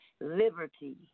liberty